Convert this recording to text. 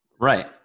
Right